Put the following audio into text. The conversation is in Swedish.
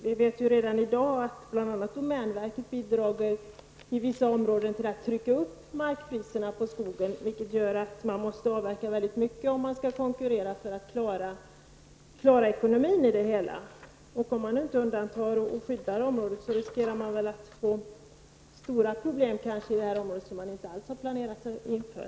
Vi vet redan i dag att domänverket i vissa områden bidrar till att trycka upp markpriserna och priset på skogen. Då måste man avverka mycket om man skall kunna konkurrera för att klara ekonomin i det hela. Om nu området inte undantas och skyddas riskerar vi stora problem som man inte alls har planerat för.